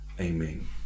Amen